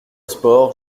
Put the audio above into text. sport